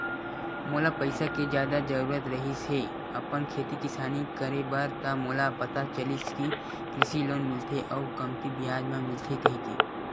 मोला पइसा के जादा जरुरत रिहिस हे अपन खेती किसानी करे बर त मोला पता चलिस कि कृषि लोन मिलथे अउ कमती बियाज म मिलथे कहिके